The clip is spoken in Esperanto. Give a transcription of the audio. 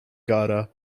kara